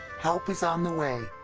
help is on the way.